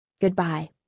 Goodbye